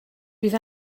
bydd